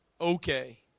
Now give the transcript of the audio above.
okay